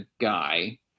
guy